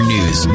News